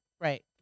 Right